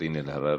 קארין אלהרר,